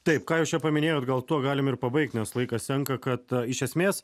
taip ką jūs čia paminėjot gal tuo galim ir pabaigt nes laikas senka kad iš esmės